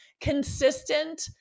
consistent